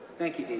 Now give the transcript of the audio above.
thank you, dean